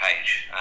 page